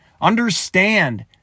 Understand